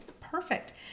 perfect